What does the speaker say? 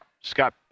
Scott